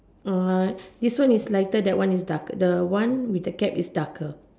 this one is lighter that one is darker the one with the cat is darker